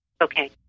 Okay